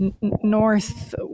north